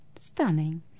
Stunning